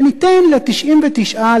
וניתן ל-99%,